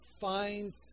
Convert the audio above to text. find